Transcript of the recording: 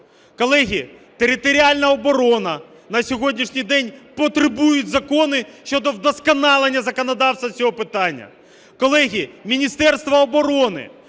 Колеги, територіальна оборона, на сьогоднішній день потребують закони щодо вдосконалення законодавства з цього питання. Колеги, Міністерство оборони,